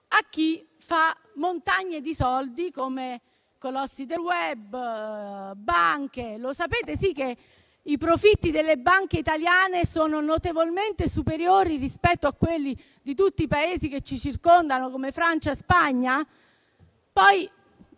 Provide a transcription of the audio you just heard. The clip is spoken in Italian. a chi fa montagne di soldi, come colossi del *web* e banche. Lo sapete che i profitti delle banche italiane sono notevolmente superiori rispetto a quelli delle banche di tutti i Paesi che ci circondano, come Francia e Spagna?